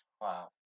wow